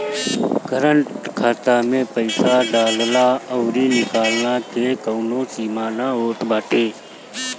current खाता में पईसा डालला अउरी निकलला के कवनो सीमा ना होत बाटे